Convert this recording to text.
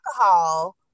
alcohol